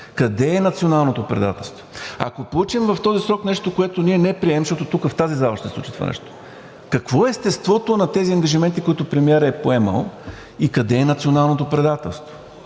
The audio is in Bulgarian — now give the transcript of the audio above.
къде е националното предателство?! Ако получим в този срок нещо, което ние не приемем, защото тук в тази зала ще се случи това нещо, какво е естеството на тези ангажименти, които премиерът е поемал, и къде е националното предателство?!